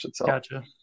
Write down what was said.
Gotcha